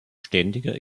ständiger